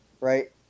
Right